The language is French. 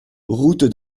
route